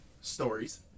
stories